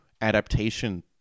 adaptation